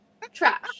Trash